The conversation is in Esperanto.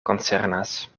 koncernas